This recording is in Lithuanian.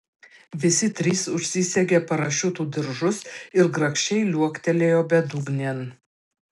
visi trys užsisegė parašiutų diržus ir grakščiai liuoktelėjo bedugnėn